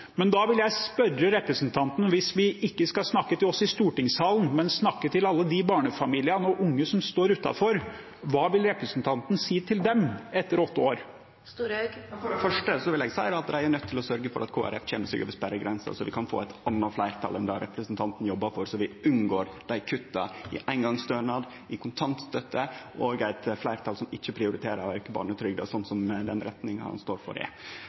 vil jeg spørre representanten Storehaug: Hvis vi ikke skal snakke til oss i stortingssalen, men snakke til alle barnefamiliene og de unge som står utenfor, hva vil representanten Storehaug si til dem etter åtte år? For det første vil eg seie at dei er nøydde til å sørgje for at Kristeleg Folkeparti kjem seg over sperregrensa, slik at vi kan få eit anna fleirtal enn det som representanten Sandtrøen jobbar for, slik at vi unngår kutta i eingongsstønaden og kontantstøtta, og unngår eit fleirtal som ikkje prioriterer å auke barnetrygda, slik som den retninga han står for, er.